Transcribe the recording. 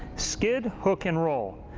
skid, hook and roll.